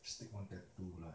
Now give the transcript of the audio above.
stick on tattoo lah